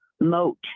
moat